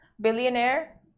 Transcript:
billionaire